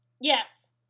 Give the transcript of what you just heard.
yes